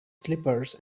slippers